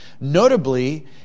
notably